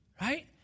Right